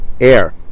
Air